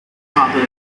father